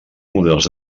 models